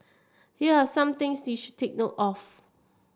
here are some things you should take note of